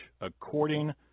according